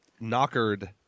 knockered